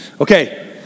Okay